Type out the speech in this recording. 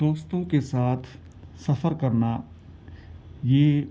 دوستوں کے ساتھ سفر کرنا یہ